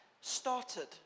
started